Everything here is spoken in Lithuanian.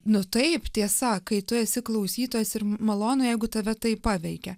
nu taip tiesa kai tu esi klausytojas ir malonu jeigu tave taip paveikia